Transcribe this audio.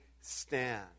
stand